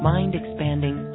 Mind-expanding